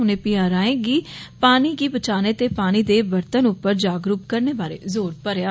उनें पीआरआईएं गी पानी गी बचाने ते पानी दे बरतन उप्पर जागरूक करने बारै जोर भरेया